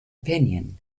opinion